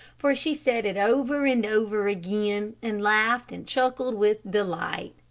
for she said it over and over again, and laughed and chuckled with delight.